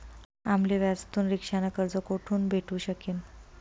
आम्ले व्याजथून रिक्षा न कर्ज कोठून भेटू शकीन